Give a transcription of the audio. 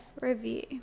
Review